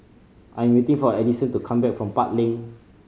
I am waiting for Edison to come back from Park Lane